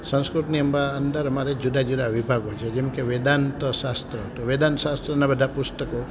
સંસ્કૃત એમાં અંદર મારે જુદા જુદા વિભાગો છે જેમ કે વેદાંત શાસ્ત્ર તો વેદાંત શાસ્ત્રના બધા પુસ્તકો